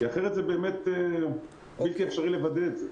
כי אחרת זה באמת בלתי אפשרי לוודא את זה.